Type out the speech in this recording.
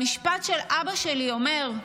המשפט שאבא שלי אומר,